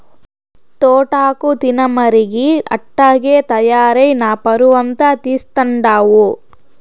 తోటాకు తినమరిగి అట్టాగే తయారై నా పరువంతా తీస్తండావు